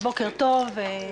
בוקר טוב.